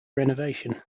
renovation